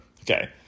Okay